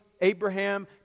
Abraham